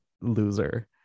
loser